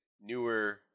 newer